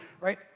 right